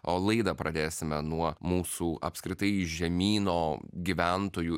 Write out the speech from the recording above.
o laidą pradėsime nuo mūsų apskritai žemyno gyventojų